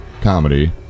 comedy